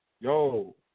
Yo